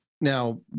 Now